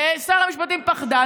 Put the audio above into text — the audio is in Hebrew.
שר המשפטים פחדן.